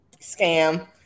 scam